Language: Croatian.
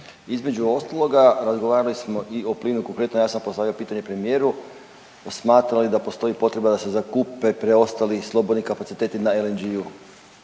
između ostaloga razgovarali smo i o plinu konkretno, ja sam postavio pitanje premijeru smatra li da postoji potreba da se zakupe preostali slobodni kapaciteti na LNG